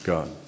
God